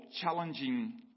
challenging